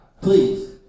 please